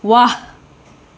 ವಾಹ್